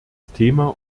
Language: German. thema